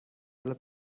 alle